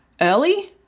early